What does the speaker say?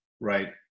right